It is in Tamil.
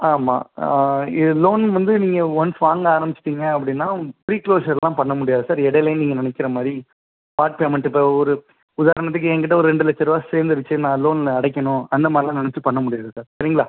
ஆமாம் இது லோன் வந்து நீங்கள் ஒன்ஸ் வாங்க ஆரமிச்சுட்டீங்க அப்படினா ப்ரீக்ளோஸர்லாம் பண்ண முடியாது சார் இடையிலே நீங்கள் நினைக்கிற மாதிரி ஸ்பார்ட் பேமெண்ட் இப்போ ஒரு உதாரணத்துக்கு எங்கிட்ட ஒரு ரெண்டு லட்ச ரூபா சேர்ந்துருச்சி நான் லோன் அடைக்கணும் அந்த மாதிரிலாம் நினச்சி பண்ண முடியாது சார் சரிங்களா